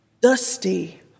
Dusty